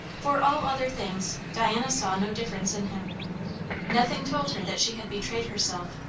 for all other things, diana saw no difference in him nothing told her that she had betrayed herself,